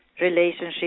relationship